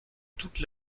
toute